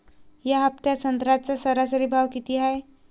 या हफ्त्यात संत्र्याचा सरासरी भाव किती हाये?